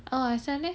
uh macam mana